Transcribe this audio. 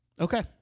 Okay